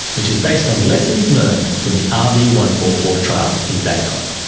which is based on lessons learned from the r v one four four trial in bangkok.